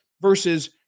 Versus